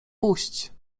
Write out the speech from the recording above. puść